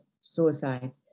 suicide